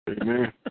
Amen